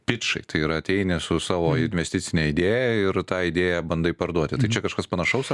pičai tai yra ateini su savo investicine idėja ir tą idėją bandai parduoti tai čia kažkas panašaus ar